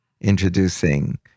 introducing